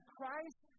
Christ